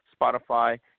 Spotify